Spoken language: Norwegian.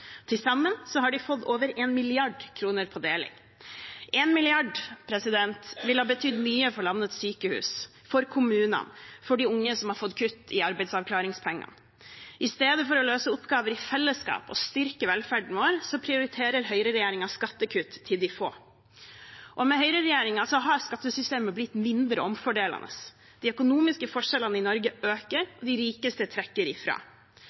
Til sammen har de fått over 1 mrd. kr på deling. 1 mrd. kr ville ha betydd mye for landets sykehus, for kommunene, for de unge som har fått kutt i arbeidsavklaringspenger. I stedet for å løse oppgaver i fellesskap og styrke velferden vår prioriterer høyreregjeringen skattekutt til de få. Med høyreregjeringen har skattesystemet blitt mindre omfordelende. De økonomiske forskjellene i Norge øker. De rikeste trekker ifra.